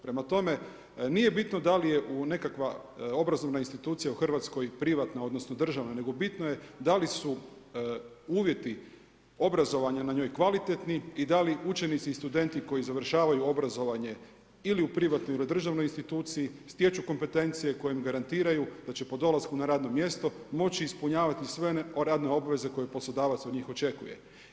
Prema tome, nije bitno da li je nekakva obrazovna institucija u Hrvatskoj privatna odnosno državna nego bitno je da li su uvjeti obrazovanja na njoj kvalitetni i da li učenici i studenti koji završavaju obrazovanje ili u privatnoj ili u državnoj instituciji, stječu kompetencije koje im garantiraju da će po dolasku na radno mjesto moći ispunjavati sve radne obveze koje poslodavac od njih očekuje.